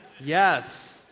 Yes